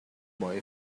boy